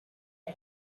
man